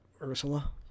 Ursula